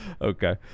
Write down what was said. Okay